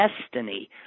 destiny